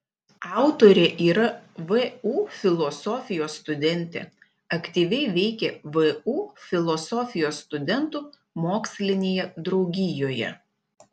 autorė yra vu filosofijos studentė aktyviai veikia vu filosofijos studentų mokslinėje draugijoje